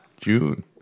June